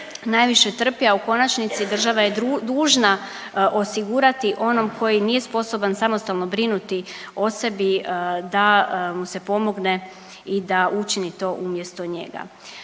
najviše trpi, a u konačnici država je dužna osigurati onom koji nije sposoban samostalno brinuti o sebi da mu se pomogne i da učini to umjesto njega.